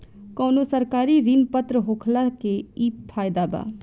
कवनो सरकारी ऋण पत्र होखला के इ फायदा बा